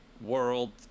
world